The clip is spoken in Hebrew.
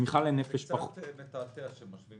הצמיחה לנפש -- זה קצת מתעתע שמשווים